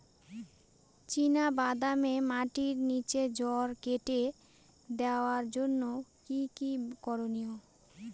চিনা বাদামে মাটির নিচে জড় কেটে দেওয়ার জন্য কি কী করনীয়?